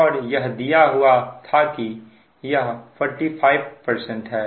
और यह दिया हुआ था कि यह 45 है